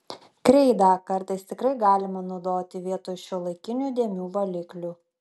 kreidą kartais tikrai galima naudoti vietoj šiuolaikinių dėmių valiklių